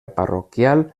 parroquial